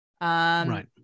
right